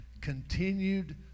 continued